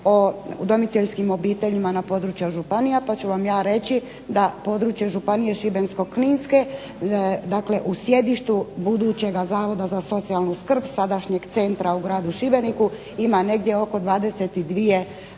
o udomiteljskim obiteljima na području županija pa ću vam ja reći da područje Županije Šibensko-kninske dakle u sjedištu budućeg zavoda za socijalnu skrbi, sadašnjeg Centra u gradu Šibeniku ima negdje oko 22 obitelji